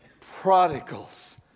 prodigals